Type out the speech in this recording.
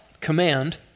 command